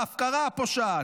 בהפקרה הפושעת.